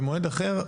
במועד אחר,